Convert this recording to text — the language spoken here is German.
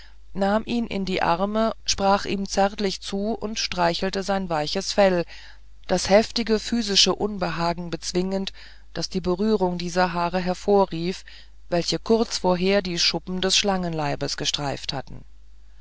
nahm ihn in die arme sprach ihm zärtlich zu und streichelte sein weiches fell das heftige physische unbehagen bezwingend das die berührung dieser haare hervorrief welche kurz vorher die schuppen des schlangenleibes gestreift hatten